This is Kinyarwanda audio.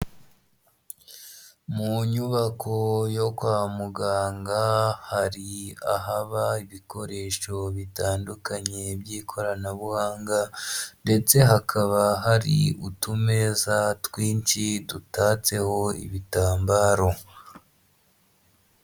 Mu nyubako yo kwa muganga, hari ahaba ibikoresho bitandukanye by'ikoranabuhanga ndetse hakaba hari utumeza twinshi dutatseho ibitambaro.